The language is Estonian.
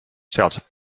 sealsed